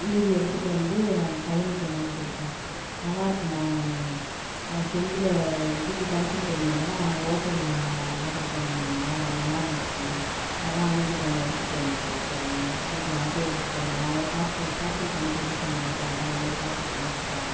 மீதி எடுத்துகிட்டு வந்து என் பையனுக்கு கொண்டாந்து கொடுத்தேன் நல்லாயிருக்கும்மா அப்படினு அது செஞ்சியில் இதுக்கு ஃபங்ஷன் போயிருந்தேன்னடா அந்த ஹோட்டலில் ஆர்ட்ரு பண்ணினேண்டா நல்லாயிருந்துச்சி அதுதான் உனக்கு கொஞ்சம் எடுத்துகிட்டு வந்து கொடுக்குறேன் கொடுக்கலான்ட்டு எடுத்துகிட்டு வந்தேன் அவங்களே பார் பார்சல் பண்ணி கொடுக்க சொன்னேன் ஹோட்டல் தான் அவங்களே பார்சல் பண்ணிக் கொடுத்தாங்க